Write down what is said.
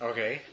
Okay